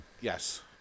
Yes